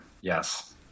Yes